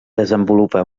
desenvolupa